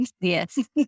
Yes